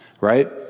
right